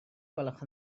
gwelwch